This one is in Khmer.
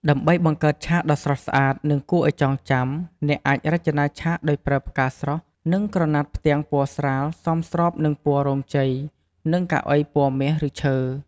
ដើម្បីបង្កើតឆាកដ៏ស្រស់ស្អាត និងគួរឱ្យចងចាំ អ្នកអាចរចនាឆាកដោយប្រើផ្កាស្រស់ និងក្រណាត់ផ្ទាំងពណ៌ស្រាល សមស្របនឹងពណ៌រោងជ័យ និងកៅអីពណ៌មាស ឬឈើ។